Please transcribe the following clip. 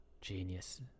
genius